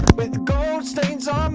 with gold stains on um